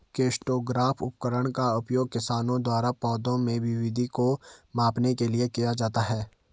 crescograph उपकरण का उपयोग किसानों द्वारा पौधों में वृद्धि को मापने के लिए किया जाता है